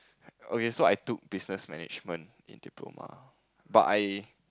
okay so I took Business Management in diploma but I